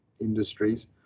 industries